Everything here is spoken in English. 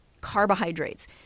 carbohydrates